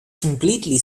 completely